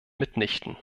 mitnichten